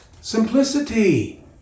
Simplicity